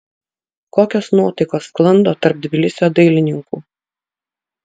kokios nuotaikos sklando tarp tbilisio dailininkų